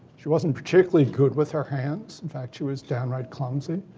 she wasn't particularly good with her hands. in fact, she was downright clumsy.